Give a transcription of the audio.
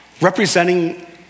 representing